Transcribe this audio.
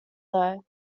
though